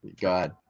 God